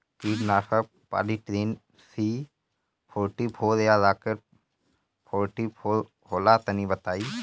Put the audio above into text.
कीटनाशक Polytrin C forty four या Rocket forty four होला तनि बताई?